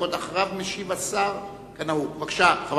אחריו משיב השר, כנהוג.